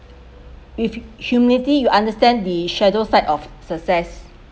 if humility you understand the shadow side of success